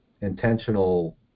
intentional